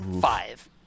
Five